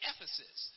Ephesus